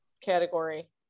category